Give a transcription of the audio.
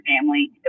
family